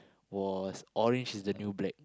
was orange is the new black